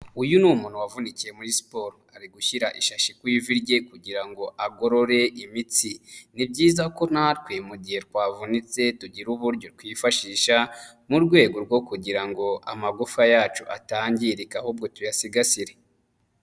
Uyu ni umuntu wavunikiye muri siporo ari gushyira ishashi ku ivi rye kugirango agorore imitsi. Ni byiza ko natwe mugihe twavunitse tugira uburyo twifashisha mu rwego rwo kugira ngo amagufwa yacu atangirikaho tuyasigasire.